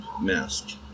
mask